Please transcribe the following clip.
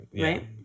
Right